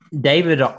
David